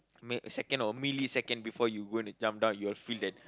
m~ second or millisecond before you going to jump down you will feel that